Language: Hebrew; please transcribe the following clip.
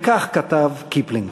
וכך כתב קיפלינג: